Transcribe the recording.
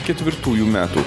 ketvirtųjų metų